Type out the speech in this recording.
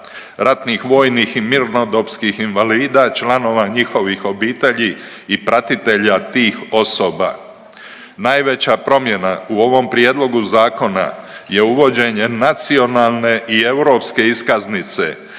ratnih, vojnih i mirnodopskih invalida, članova njihovih obitelji i pratitelja tih osoba. Najveća promjena u ovom Prijedlogu zakona je uvođenje nacionalne i europske iskaznice